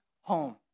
home